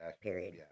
Period